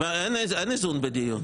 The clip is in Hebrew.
אין איזון בדיון.